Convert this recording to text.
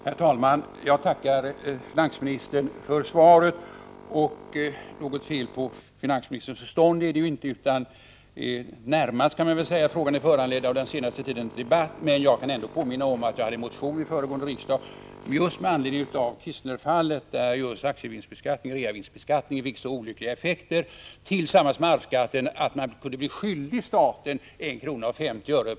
Herr talman! Jag tackar finansministern för svaret. Något fel på finansministerns förstånd är det inte; närmast kan man säga att frågan är föranledd av den senaste tidens debatt, men jag kan ändå påminna om att jag väckte en motion till föregående riksdag med anledning av Kistnerfallet, där just reavinstbeskattningen tillsammans med arvsskatten fick så olyckliga effekter att arvingar kunde bli skyldiga staten 1:50 kr.